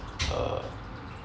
uh